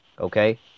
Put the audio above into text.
okay